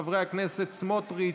חברי הכנסת בצלאל סמוטריץ',